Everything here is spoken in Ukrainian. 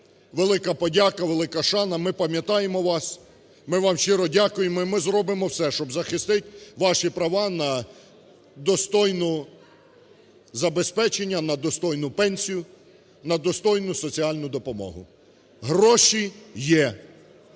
Велика подяка, велика шана, ми пам'ятаємо вас ми вам щиро дякуємо, і ми зробимо все, щоби захистити ваші права на достойне забезпечення, на достойну пенсію, на достойну соціальну допомогу. Гроші є!